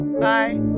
Bye